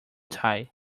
tie